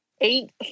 Eight